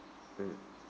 mm